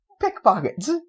Pickpockets